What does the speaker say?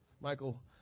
Michael